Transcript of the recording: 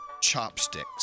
chopsticks